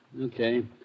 Okay